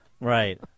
right